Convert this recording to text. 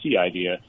idea